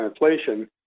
inflation